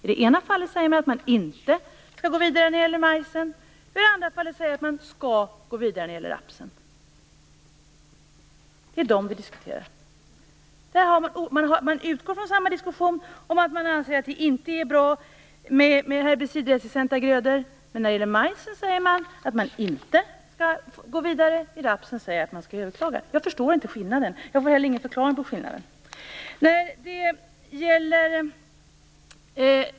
I det ena fallet säger man att man inte skall gå vidare när det gäller majsen och i det andra fallet säger man att man skall gå vidare när det gäller rapsen. Det är detta vi diskuterar. Man utgår från samma diskussion om att man anser att det inte är bra med herbicidresistenta grödor, men när det gäller majsen säger man att man inte skall gå vidare och när det gäller rapsen skall man överklaga det. Jag förstår inte skillnaden. Jag får inte heller någon förklaring på skillnaden.